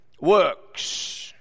works